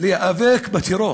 להיאבק בטרור.